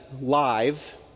live